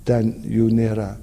ten jų nėra